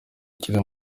akiri